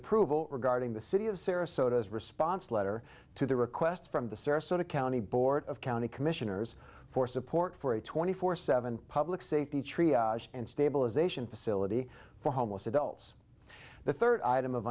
approval regarding the city of sarasota as a response letter to the request from the sarasota county board of county commissioners for support for a twenty four seven public safety tree and stabilization facility for homeless adults the third item of